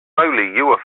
were